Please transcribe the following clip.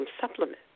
supplement